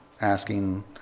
asking